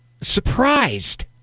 surprised